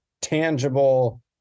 tangible